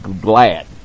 glad